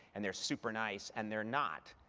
and they're super nice, and they're not.